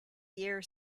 year